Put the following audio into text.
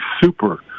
super